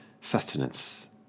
sustenance